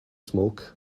smoke